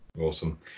Awesome